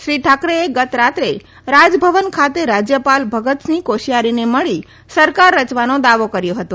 શ્રી ઠાકરેએ ગતરાત્રે રાજભવન ખાતે રાજ્યપાલ ભગતસિંહ કોશિયારીને મળી સરકાર રચવાનો દાવો કર્યો હતો